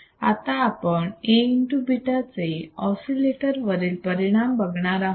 आता आपण Aβ चे ऑसिलेटर वरील परिणाम बघणार आहोत